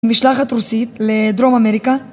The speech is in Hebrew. משלחת רוסית לדרום אמריקה